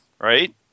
right